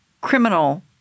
criminal